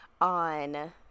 on